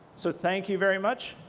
so thank you very much.